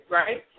right